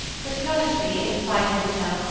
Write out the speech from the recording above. but coventry, in spite of himself,